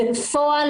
בפועל,